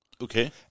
Okay